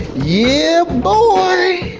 yeah boy!